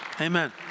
Amen